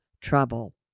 trouble